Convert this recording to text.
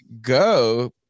go